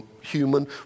human